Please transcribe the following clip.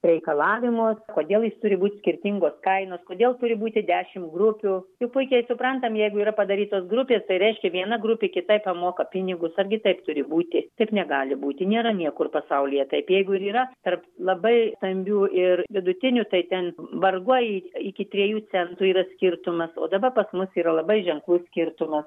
reikalavimus kodėl jis turi būti skirtingos kainos kodėl turi būti dešimt grupių juk puikiai suprantam jeigu yra padarytas grupė tai reiškia viena grupė kitai pamoka pinigus argi taip turi būti taip negali būti nėra niekur pasaulyje taip jeigu ir yra tarp labai stambių ir vidutinių tai ten vargu ar iki triejų centų yra skirtumas o dabar pas mus yra labai ženklus skirtumas